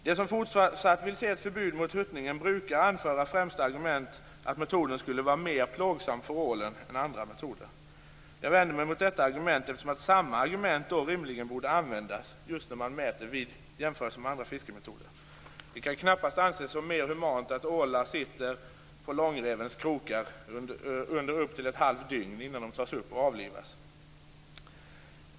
De som fortsatt vill se ett förbud mot huttningen brukar främst anföra argumentet att metoden skulle vara mer plågsam för ålen än andra metoder. Jag vänder mig emot detta argument, eftersom samma argument då rimligen borde användas för ett antal andra fiskemetoder när man gör jämförelser. Det kan knappast anses som mer humant att ålar sitter på långrevens krokar under upp till ett halvt dygn innan de tas upp och avlivas.